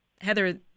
Heather